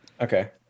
okay